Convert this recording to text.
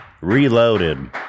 Reloaded